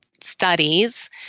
studies